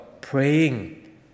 praying